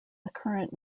current